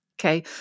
Okay